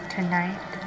Tonight